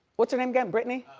what's her name again, brittany?